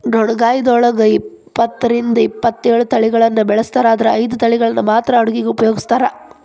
ಡೊಣ್ಣಗಾಯಿದೊಳಗ ಇಪ್ಪತ್ತರಿಂದ ಇಪ್ಪತ್ತೇಳು ತಳಿಗಳನ್ನ ಬೆಳಿಸ್ತಾರ ಆದರ ಐದು ತಳಿಗಳನ್ನ ಮಾತ್ರ ಅಡುಗಿಗ ಉಪಯೋಗಿಸ್ತ್ರಾರ